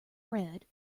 bread